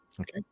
okay